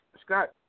Scott